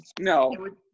No